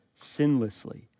sinlessly